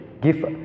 give